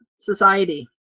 society